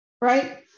Right